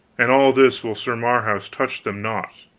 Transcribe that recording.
and all this while sir marhaus touched them not.